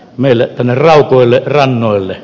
meille tämä rahkoille rannoille